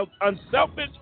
unselfish